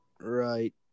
Right